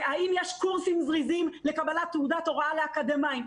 האם יש קורסים זריזים לקבלת תעודת הוראה לאקדמאים.